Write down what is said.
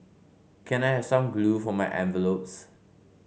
can I have some glue for my envelopes